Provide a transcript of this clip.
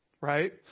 right